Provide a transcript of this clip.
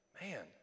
man